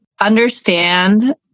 understand